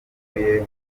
bapfuye